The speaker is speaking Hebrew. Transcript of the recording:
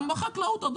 גם בחקלאות.